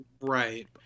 Right